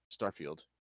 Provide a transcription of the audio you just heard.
Starfield